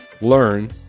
learn